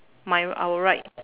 my our right